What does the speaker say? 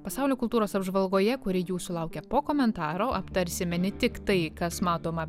pasaulio kultūros apžvalgoje kuri jūsų laukia po komentaro aptarsime ne tik tai kas matoma